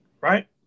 Right